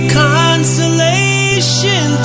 consolation